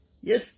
Yes